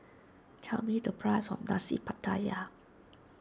tell me the price of Nasi Pattaya